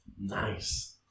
nice